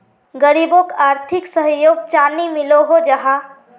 गरीबोक आर्थिक सहयोग चानी मिलोहो जाहा?